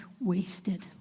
wasted